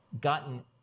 gotten